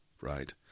right